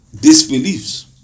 disbelieves